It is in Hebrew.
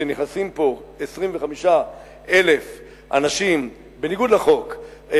שנכנסים לפה 25,000 אנשים בניגוד לחוק,